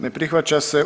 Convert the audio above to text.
Ne prihvaća se.